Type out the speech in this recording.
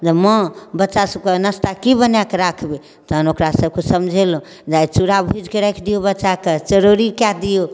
जे माँ बच्चा सबकेॅं नाश्ता की बना कऽ राखबै तहन ओकरा सबकेँ समझेलहुॅं जे आइ चूड़ा भूजि कऽ राखि दियौ बच्चा के चरौड़ी कऽ दियौ